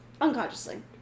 unconsciously